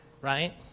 right